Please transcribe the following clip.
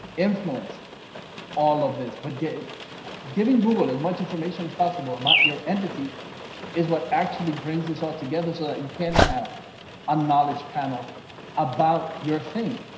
influence all of this, but get giving google as much information as possible about your entity is what actually brings us all together. so you can have a knowledge panel about your thing.